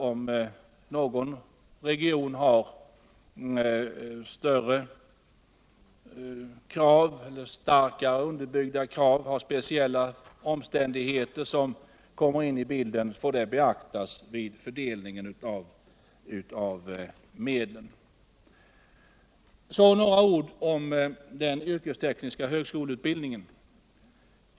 Om någon region har starkare underbyggda krav än andra eller om speciella omständigheter kommer in i bilden, bör detta självfallet beaktas vid fördelningen av medlen. Så några ord om den yrkestekniska högskoleutbildningen.